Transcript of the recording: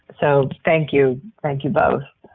so, thank you, thank you, both.